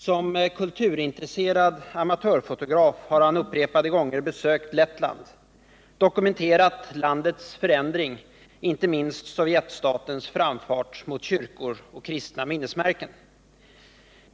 Som kulturintresserad amatörfotograf har han upprepade gånger besökt Lettland, dokumenterat landets förändring, inte minst Sovjetstatens framfart mot kyrkor och kristna minnesmärken.